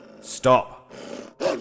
Stop